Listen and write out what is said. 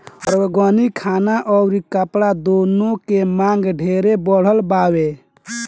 organic खाना अउरी कपड़ा दूनो के मांग ढेरे बढ़ल बावे